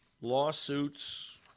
lawsuits